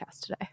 today